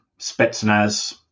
Spetsnaz